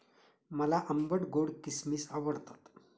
मला आंबट गोड किसमिस आवडतात